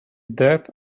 death